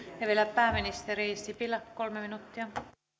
ja vielä pääministeri sipilä kolme minuuttia